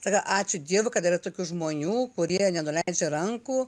tai yra ačiū dievui kad yra tokių žmonių kurie nenuleidžia rankų